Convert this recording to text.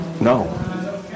No